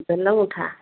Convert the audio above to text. ବେଲ ମୁଠା